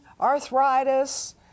arthritis